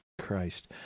Christ